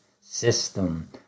system